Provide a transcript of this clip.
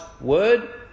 word